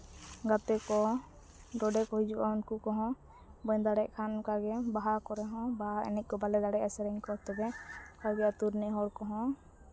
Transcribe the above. ᱜᱟᱛᱮ ᱠᱚ ᱰᱚᱸᱰᱮ ᱠᱚ ᱦᱤᱡᱩᱜᱼᱟ ᱩᱱᱠᱩ ᱠᱚᱦᱚᱸ ᱵᱟᱹᱧ ᱫᱟᱲᱮᱭᱟᱜ ᱠᱷᱟᱱ ᱚᱱᱠᱟ ᱜᱮ ᱵᱟᱦᱟ ᱠᱚᱨᱮ ᱦᱚᱸ ᱵᱟᱦᱟ ᱮᱱᱮᱡ ᱠᱚ ᱵᱟᱞᱮ ᱫᱟᱲᱮᱭᱟᱜᱼᱟ ᱥᱮᱨᱮᱧ ᱠᱚ ᱛᱚᱵᱮ ᱠᱟᱡᱮ ᱟᱹᱛᱩ ᱨᱤᱱᱤᱡ ᱦᱚᱲ ᱠᱚᱦᱚᱸ